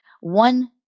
One